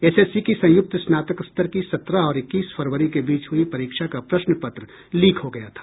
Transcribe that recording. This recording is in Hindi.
एस एस सी की संयुक्त स्नातक स्तर की सत्रह और इक्कीस फरवरी के बीच हुई परीक्षा का प्रश्न पत्र लीक हो गया था